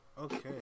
Okay